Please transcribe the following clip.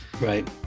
Right